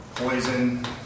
poison